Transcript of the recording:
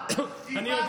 אתה שר.